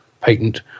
patent